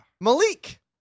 Malik